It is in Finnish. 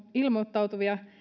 ilmoittautuvia